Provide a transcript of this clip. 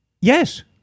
Yes